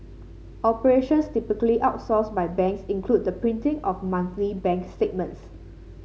operations typically outsourced by banks include the printing of monthly bank statements